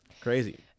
Crazy